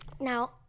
Now